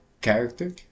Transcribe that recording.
character